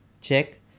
check